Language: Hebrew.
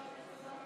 אני רוצה לדבר.